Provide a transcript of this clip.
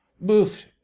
boof